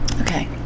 Okay